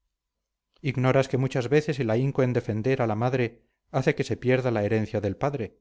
litigios ignoras que muchas veces el ahínco en defender a la madre hace que se pierda la herencia del padre